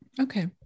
Okay